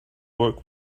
work